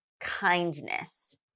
kindness